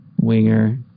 winger